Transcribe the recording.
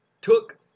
took